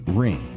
ring